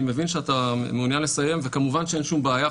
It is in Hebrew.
אני מבין שאתה מעוניין לסיים וכמובן שאין שום בעיה,